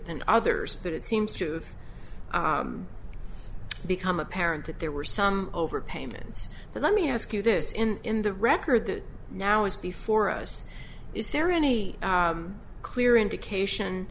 than others but it seems to have become apparent that there were some over payments but let me ask you this in the record that now is before us is there any clear indication